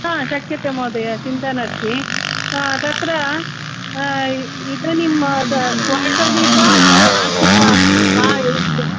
शक्यते महोदय चिन्ता नास्ति तत्र इदानीम् क्वार्टर्ली वा मासिकी